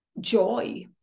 joy